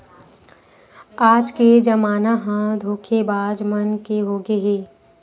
आज के जमाना ह धोखेबाज मन के होगे हे